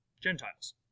Gentiles